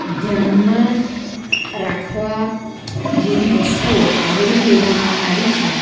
ધ્યાનમાં રાખવા જેવી વસ્તુઓ આવરી લેવામાં આવી છે